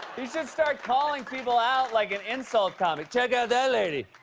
he should start calling people out like an insult comic. check out that lady.